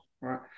Right